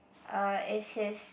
uh is his